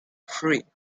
three